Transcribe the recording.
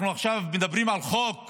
אנחנו עכשיו מדברים על חוק